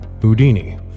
Houdini